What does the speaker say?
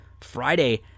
Friday